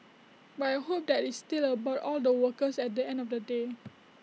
but I hope that IT is still all about the workers at the end of the day